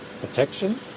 protection